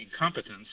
incompetence